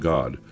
God